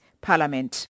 Parliament